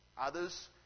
Others